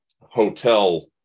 hotel